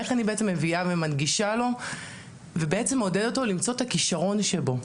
איך אני מביאה ומנגישה לו ומעודדת אותו למצוא את הכישרון שבו?